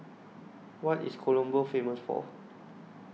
What IS Colombo Famous For